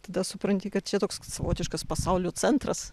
tada supranti kad čia toks savotiškas pasaulio centras